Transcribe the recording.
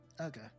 Okay